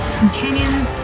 companions